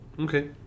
okay